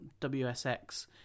WSX